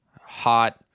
hot